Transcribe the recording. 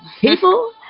People